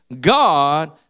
God